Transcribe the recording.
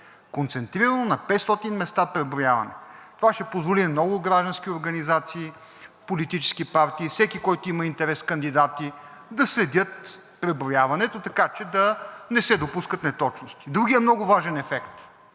концентрирано на 500 места преброяване! Това ще позволи на много граждански организации, политически партии – всеки, който има интерес, кандидати, да следят преброяването, така че да не се допускат неточности. Другият много важен ефект.